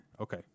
Okay